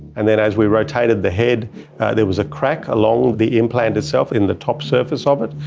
and then as we rotated the head there was a crack along the implant itself in the top surface of it,